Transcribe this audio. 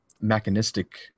mechanistic